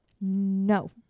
No